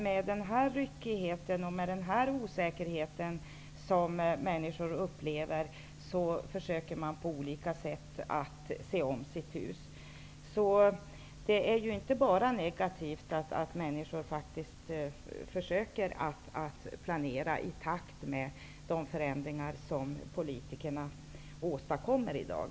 Med den ryckighet och den osäkerhet som människor upplever nu försöker man naturligtvis på olika sätt att se om sitt hus. Det är inte bara negativt att människor faktiskt försöker att planera i takt med de förändringar som politikerna åstadkommer i dag.